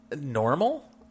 normal